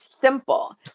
simple